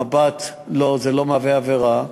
המבט לא מהווה עבירה,